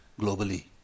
globally